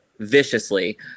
viciously